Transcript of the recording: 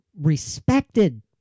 respected